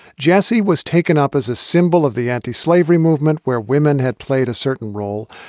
jesse was taken up as a symbol of the anti-slavery movement where women had played a certain role.